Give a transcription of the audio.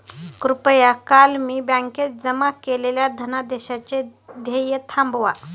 कृपया काल मी बँकेत जमा केलेल्या धनादेशाचे देय थांबवा